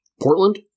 Portland